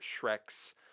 Shrek's